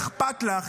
אכפת לך,